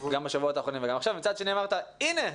גם בשבועות האחרונים וגם עכשיו מצד שני אמרת: הנה,